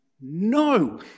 no